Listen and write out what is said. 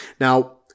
Now